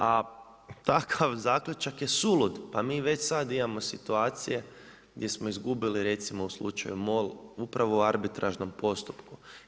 A takav zaključak je sulud, pa mi već sad imamo situacije gdje smo izgubili recimo u slučaju MOL, upravo u arbitražnom postupku.